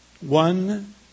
One